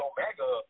Omega